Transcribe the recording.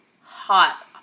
Hot